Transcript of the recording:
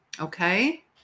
okay